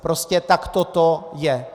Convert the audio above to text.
Prostě takto to je.